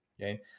Okay